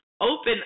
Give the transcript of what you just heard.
open